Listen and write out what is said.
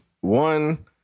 one